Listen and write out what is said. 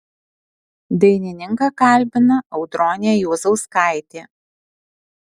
dainininką kalbina audronė juozauskaitė